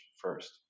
first